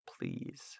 please